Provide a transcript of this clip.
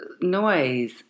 noise